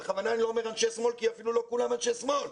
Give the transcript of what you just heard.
בכוונה אני לא אומר אנשי שמאל כי אפילו לא כולם אנשי שמאל,